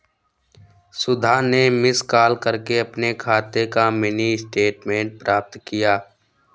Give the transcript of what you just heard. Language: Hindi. सुधा ने मिस कॉल करके अपने खाते का मिनी स्टेटमेंट प्राप्त किया